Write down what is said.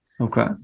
Okay